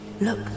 Look